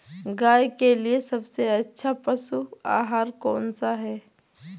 गाय के लिए सबसे अच्छा पशु आहार कौन सा है?